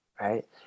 right